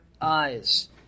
eyes